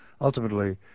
ultimately